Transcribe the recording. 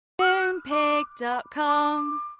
Moonpig.com